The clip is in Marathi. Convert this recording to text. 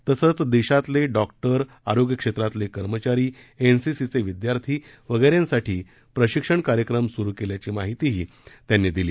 तसेच देशातले डॉक्टर आरोग्य क्षेत्रात कर्मचारी एनसीसीचे विद्यार्थी वगैरेंसाठी प्रशिक्षण कार्यक्रम सुरू करण्यात आल्याची माहितीही त्यांनी दिली